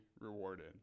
rewarded